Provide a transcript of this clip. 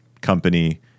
company